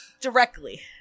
Directly